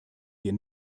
wir